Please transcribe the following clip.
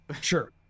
sure